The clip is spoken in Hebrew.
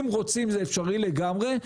אם רוצים זה אפשרי לגמרי,